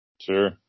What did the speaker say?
sure